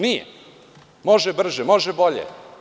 Nije, može brže i može bolje.